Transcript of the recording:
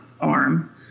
arm